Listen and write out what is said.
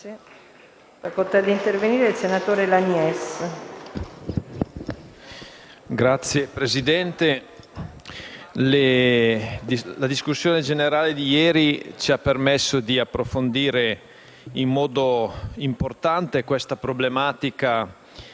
la discussione svolta ieri ci ha permesso di approfondire in modo importante la problematica